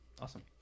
Awesome